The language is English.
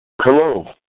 Hello